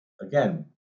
again